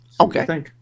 Okay